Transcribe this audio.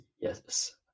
Yes